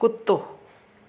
कुतो